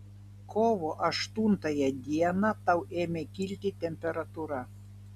kovo aštuntąją dieną tau ėmė kilti temperatūra